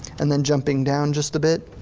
and then jumping down just a bit,